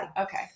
Okay